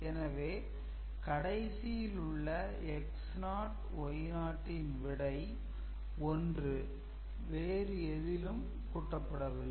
எனவே கடைசியில் உள்ள X0 Y0 விடை 1 வேறு எதிலும் கூட்டப்படவில்லை